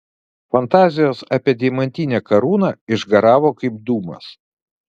fantazijos apie deimantinę karūną išgaravo kaip dūmas